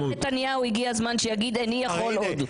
גם נתניהו, הגיע הזמן שיגיד: איני יכול עוד.